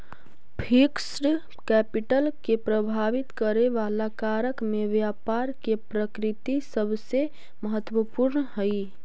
fixed capital के प्रभावित करे वाला कारक में व्यापार के प्रकृति सबसे महत्वपूर्ण हई